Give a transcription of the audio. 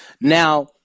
Now